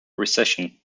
recession